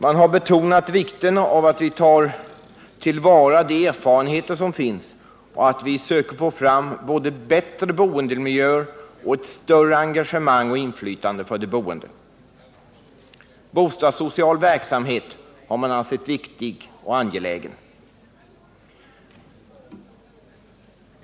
Man har betonat vikten av att vi tar till vara de erfarenheter som finns och att vi söker få fram bättre bostadsmiljöer och ett större engagemang och inflytande för de boende. Bostadssocial verksamhet har man ansett viktig och angelägen.